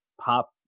pop